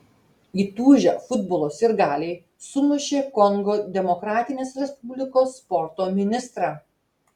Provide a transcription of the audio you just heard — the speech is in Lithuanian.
įtūžę futbolo sirgaliai sumušė kongo demokratinės respublikos sporto ministrą